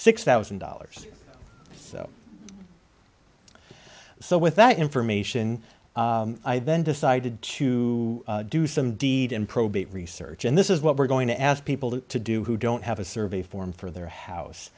six thousand dollars so with that information i then decided to do some deed in probate research and this is what we're going to ask people to do who don't have a survey form for their house